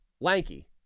lanky